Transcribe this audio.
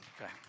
Okay